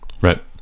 Right